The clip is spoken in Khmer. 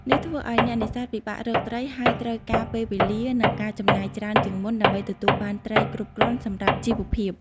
នេះធ្វើឱ្យអ្នកនេសាទពិបាករកត្រី ហើយត្រូវការពេលវេលា និងការចំណាយច្រើនជាងមុនដើម្បីទទួលបានត្រីគ្រប់គ្រាន់សម្រាប់ជីវភាព។